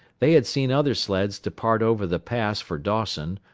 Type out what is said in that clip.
they had seen other sleds depart over the pass for dawson,